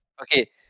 Okay